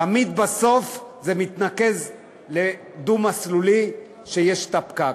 תמיד בסוף זה מתנקז לדו-מסלולי, ויש פקק.